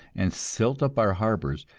and silt up our harbors,